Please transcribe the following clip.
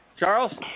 Charles